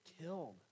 killed